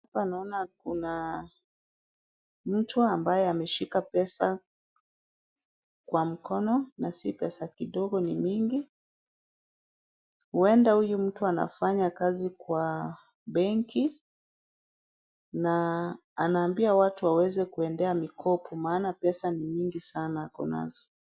Hapa naona kuna mtu ambaye ameshika pesa kwa mkono na si pesa kidogo ni mingi. Huenda huyu mtu anafanya kazi kwa benki na anaambia watu waweze kuendea mikopo maana pesa ni nyingi sana ako nazo.